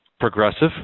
progressive